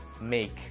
make